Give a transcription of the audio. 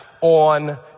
on